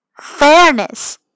fairness